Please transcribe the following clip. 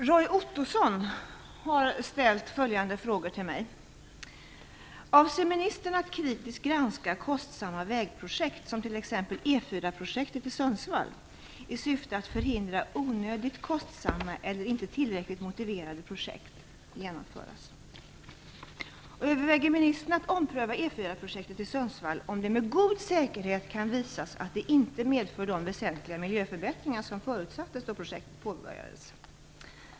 Fru talman! Roy Ottosson har ställt följande frågor till mig: - Avser ministern att kritiskt granska kostsamma vägprojekt, som t.ex. E 4-projektet i Sundsvall, i syfte att förhindra onödigt kostsamma eller inte tillräckligt motiverade projekt genomförs? projektet i Sundsvall, om det med god säkerhet kan visas att det inte medför de väsentliga miljöförbättringar som förutsattes då projektet påbörjades?